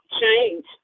change